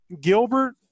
gilbert